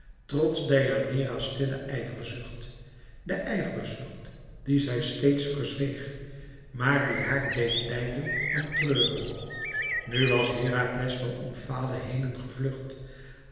trots deianeira's stille ijverzucht de ijverzucht die zij steeds verzweeg maar die haar deed lijden en treuren nu was herakles van omfale henen gevlucht